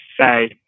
say